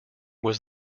was